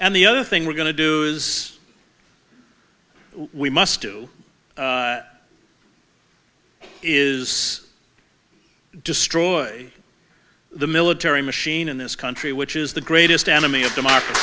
and the other thing we're going to do is we must do is destroy the military machine in this country which is the greatest enemy of